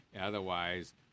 Otherwise